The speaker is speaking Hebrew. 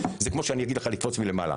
זה כמו שאני אגיד לך לקפוץ מלמעלה.